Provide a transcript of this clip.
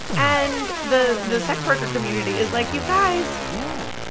and the the sex worker community is like, you guys. yeah.